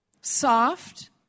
soft